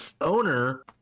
owner